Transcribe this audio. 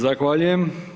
Zahvaljujem.